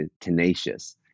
tenacious